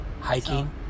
hiking